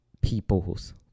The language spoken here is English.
peoples